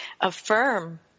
affirm